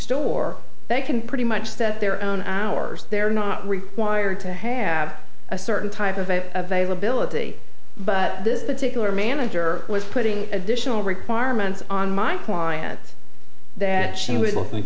store they can pretty much set their own hours they're not required to have a certain type of a availability but this particular manager was putting additional requirements on my client that she was